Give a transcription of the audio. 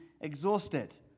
exhausted